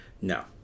No